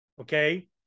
Okay